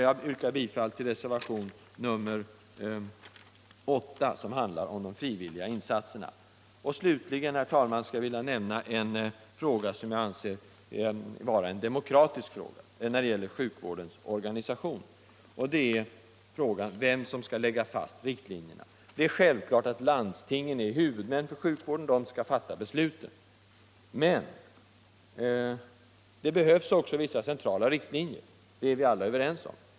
Jag yrkar bifall till reservationen 8, som handlar om frivilliga insatser inom sjukvården. Slutligen, herr talman, en demokratisk fråga när det gäller sjukvårdens organisation: Vem skall lägga fast riktlinjerna? Det är självklart att landstingen, som är huvudmän för sjukvården, skall fatta besluten, men det behövs också vissa centrala riktlinjer — det är vi alla överens om.